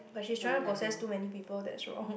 but she's trying to possess too many people that's wrong